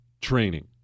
training